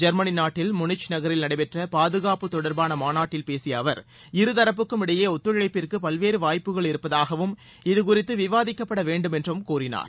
Germany நாட்டில் Munich நகரில் நடைபெற்ற பாதுகாப்பு தொடர்பான மாநாட்டில் பேசிய அவர் இரு தரப்புக்கும் இடையேயான ஒத்துழைப்பிற்கு பல்வேறு வாய்ப்புகள் இருப்பதாகவும் இதுகுறித்து விவாதிக்கப்படவேண்டும் என்றும் கூறினார்